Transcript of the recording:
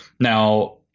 Now